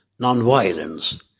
nonviolence